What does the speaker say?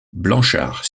blanchard